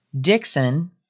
Dixon